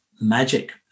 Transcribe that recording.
magic